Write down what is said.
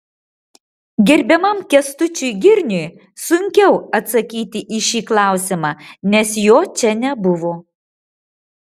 gerbiamam kęstučiui girniui sunkiau atsakyti į šį klausimą nes jo čia nebuvo